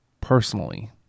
personally